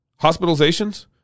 Hospitalizations